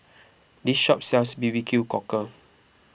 this shop sells B B Q cockle